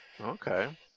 Okay